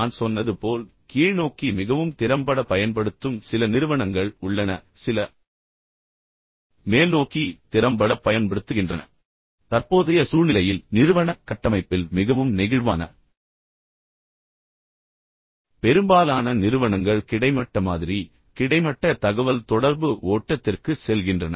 நான் சொன்னது போல் கீழ்நோக்கி மிகவும் திறம்பட பயன்படுத்தும் சில நிறுவனங்கள் உள்ளன சில மேல்நோக்கி திறம்பட பயன்படுத்துகின்றன ஆனால் தற்போதைய சூழ்நிலையில் நிறுவன கட்டமைப்பில் மிகவும் நெகிழ்வான பெரும்பாலான நிறுவனங்கள் கிடைமட்ட மாதிரி கிடைமட்ட தகவல்தொடர்பு ஓட்டத்திற்கு செல்கின்றன